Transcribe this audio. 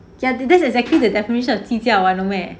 ya that's exactly the definition of 计较 unaware